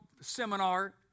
seminar